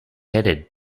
headed